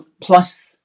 plus